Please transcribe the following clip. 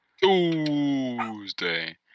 Tuesday